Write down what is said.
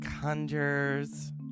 conjures